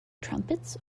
trumpets